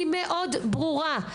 אני מאוד ברורה,